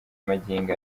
magingo